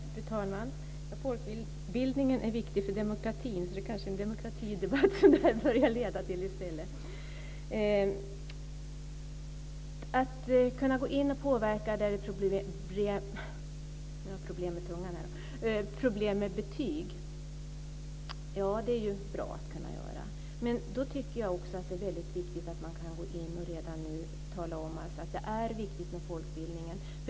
Fru talman! Folkbildningen är viktig för demokratin, så det här kanske börjar leda till en demokratidebatt i stället. Att man kan gå in och påverka problem med betyg är ju bra. Men då tycker jag också att det är viktigt att man kan gå in och redan nu tala om att det är viktigt med folkbildning.